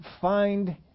find